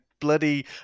bloody